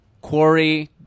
quarry